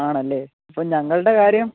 ആണല്ലേ അപ്പം ഞങ്ങളുടെ കാര്യം